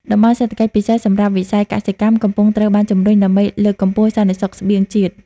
តំបន់សេដ្ឋកិច្ចពិសេស សម្រាប់វិស័យកសិកម្ម កំពុងត្រូវបានជម្រុញដើម្បីលើកកម្ពស់សន្តិសុខស្បៀងជាតិ។